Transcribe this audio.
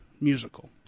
musical